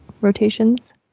rotations